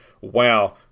wow